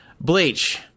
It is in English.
Bleach